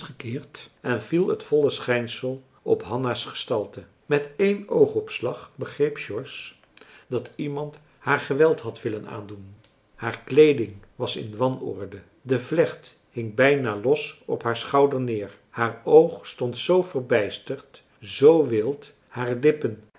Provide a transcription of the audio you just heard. en viel het volle schijnsel op hanna's gestalte met één oogopslag begreep george dat iemand haar geweld had willen aandoen haar kleeding was in wanorde de vlecht hing bijna los op haar schouder neer haar oog stond zoo verbijsterd zoo wild haar lippen